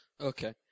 Okay